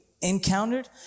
encountered